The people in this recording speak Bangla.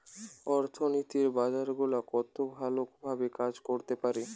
অর্থনীতির বাজার গুলা কত ভালো ভাবে কাজ করতে পারে